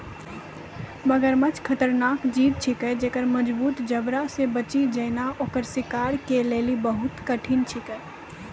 मगरमच्छ खतरनाक जीव छिकै जेक्कर मजगूत जबड़ा से बची जेनाय ओकर शिकार के लेली बहुत कठिन छिकै